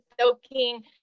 soaking